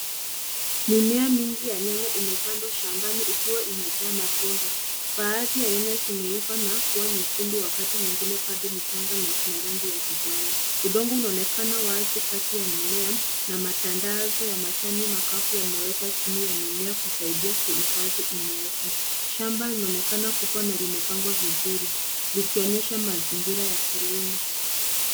Mimea mingi ya nyanya imepandwa shambani ikiwa imejaa matunda, baadhi ya nyanya zimeiva na kuwa nyekundu wakati nyingine bado ni changa na zina rangi ya kijani udongo unaonekana wazi kati ya mimea na matandazo ya majani makavu yamewekwa chini ya mimea kusaidia kuhifadhi unyevu, shamba linaonekana kubwa limepangwa vizuri nikionyesha mazingira ya kilimo.